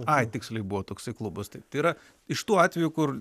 ai tiksliai buvo toksai klubas tai yra iš tų atvejų kur